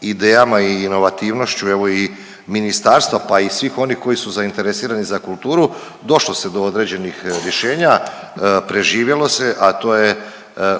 idejama i inovativnošću evo i ministarstva pa i svih onih koji su zainteresirani za kulturu, došlo se do određenih rješenja, preživjelo se, a to je